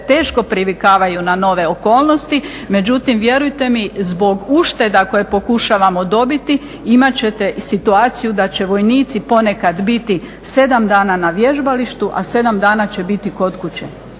teško privikavaju na nove okolnosti, međutim vjerujte mi zbog ušteda koje pokušavamo dobiti imat ćete situaciju da će vojnici ponekad biti 7 dana na vježbalištu, a 7 dana će biti kod kuće